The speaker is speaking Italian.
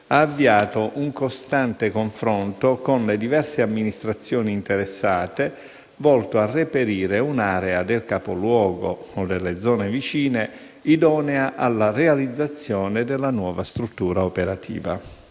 ha avviato un costante confronto con le diverse amministrazioni interessate, volto a reperire un'area del capoluogo o delle zone vicine idonea alla realizzazione della nuova struttura operativa.